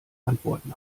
antworten